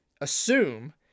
assume